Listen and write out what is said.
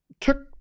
took